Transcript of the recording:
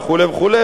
וכו' וכו',